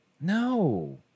No